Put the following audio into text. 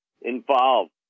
involved